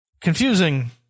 confusing